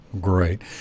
Great